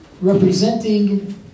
representing